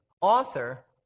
author